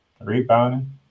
Rebounding